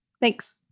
Thanks